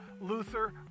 Luther